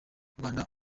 rwanda